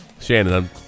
Shannon